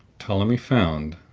ptolemy found,